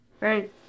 Right